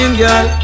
girl